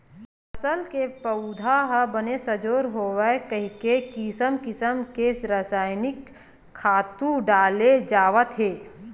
फसल के पउधा ह बने सजोर होवय कहिके किसम किसम के रसायनिक खातू डाले जावत हे